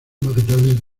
magdalena